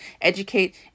educate